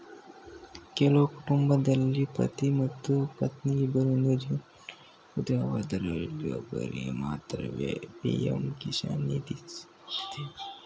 ಕೆಲವು ಕುಟುಂಬದಲ್ಲಿ ಪತಿ ಮತ್ತು ಪತ್ನಿ ಇಬ್ಬರಿಗು ಜಮೀನು ಇರ್ತದೆ ಅವರಲ್ಲಿ ಒಬ್ಬರಿಗೆ ಮಾತ್ರವೇ ಪಿ.ಎಂ ಕಿಸಾನ್ ನಿಧಿ ಸಿಗ್ತದೆ